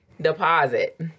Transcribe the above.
deposit